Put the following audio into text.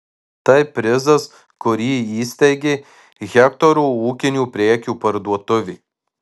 tai prizas kurį įsteigė hektoro ūkinių prekių parduotuvė